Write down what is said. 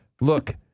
Look